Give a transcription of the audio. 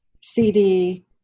CD